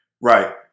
Right